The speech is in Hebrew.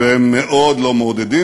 והם מאוד לא מעודדים,